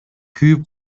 күйүп